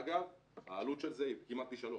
אגב, העלות של זה היא כמעט פי שלוש.